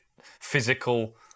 physical